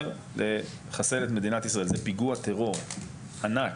זה פיגוע טרור ענק, יותר מאיכות המזון.